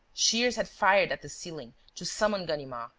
shears had fired at the ceiling, to summon ganimard,